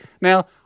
Now